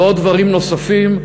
ודברים נוספים.